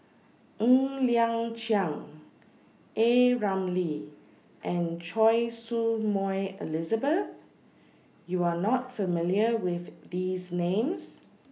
Ng Liang Chiang A Ramli and Choy Su Moi Elizabeth YOU Are not familiar with These Names